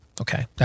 Okay